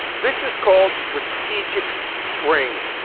this is called strategic framing.